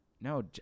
No